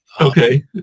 Okay